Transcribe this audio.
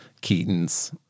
Keaton's